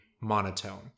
monotone